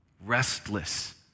restless